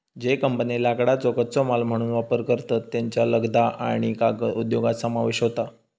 ज्ये कंपन्ये लाकडाचो कच्चो माल म्हणून वापर करतत, त्येंचो लगदा आणि कागद उद्योगात समावेश होता